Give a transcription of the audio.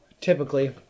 Typically